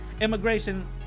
immigration